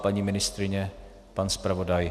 Paní ministryně, pan zpravodaj?